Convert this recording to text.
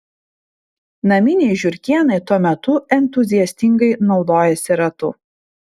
naminiai žiurkėnai tuo metu entuziastingai naudojasi ratu